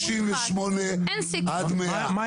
הסתייגויות 98 עד 100, מי בעד?